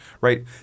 right